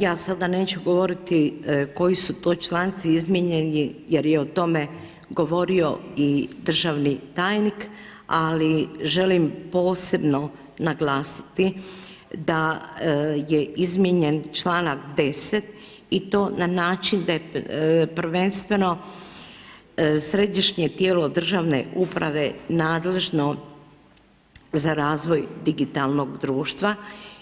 Ja sada neću govoriti koji su to članci izmijenjeni jer je o tome govorio i državni tajnik ali želim posebno naglasiti da je izmijenjen članak 10. i to na način da je prvenstveno Središnje tijelo državne uprave nadležno za razvoj digitalnog društva,